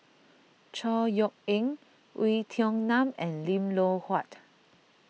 Chor Yeok Eng Oei Tiong Ham and Lim Loh Huat